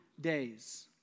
days